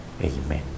Amen